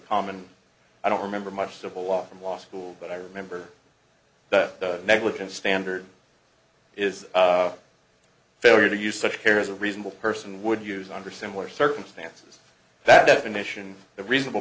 common i don't remember much civil law from law school but i remember the negligence standard is failure to use such care as a reasonable person would use under similar circumstances that definition the reasonable